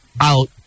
out